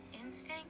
Instinct